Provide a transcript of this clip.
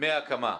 דמי הקמה.